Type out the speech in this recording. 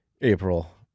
April